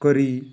କରି